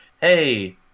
hey